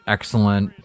excellent